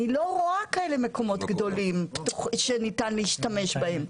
אני לא רואה כאלה מקומות גדולים שניתן להשתמש בהם.